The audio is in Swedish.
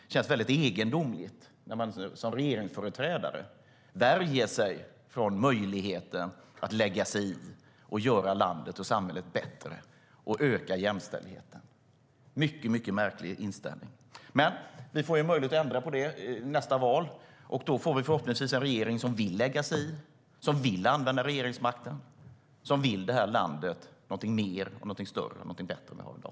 Det känns egendomligt när man som regeringsföreträdare värjer sig för möjligheten att lägga sig i, göra landet och samhället bättre och öka jämställdheten. Det är en mycket märklig inställning. Men vi får möjlighet att ändra på det vid nästa val. Då får vi förhoppningsvis en regering som vill lägga sig i, som vill använda regeringsmakten och som vill det här landet något mer, större och bättre än vad vi har i dag.